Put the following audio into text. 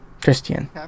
Christian